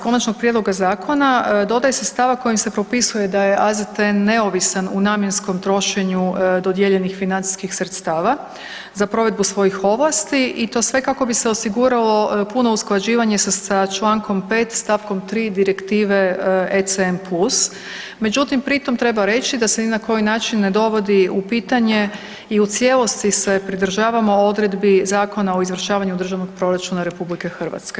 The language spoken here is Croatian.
Konačnog prijedloga Zakona dodaje se stavak kojim se propisuje da je AZTN neovisan u namjenskom trošenju dodijeljenih financijskih sredstava za provedbu svojih ovlasti i to sve kako bi se osiguralo puno usklađivanje sa čl. 5.st. 3. Direktive ECN+, međutim pri tom treba reći da se ni na koji način ne dovodi u pitanje i u cijelosti se pridržavamo odredbi Zakona o izvršavanju Državnog proračuna RH.